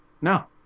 No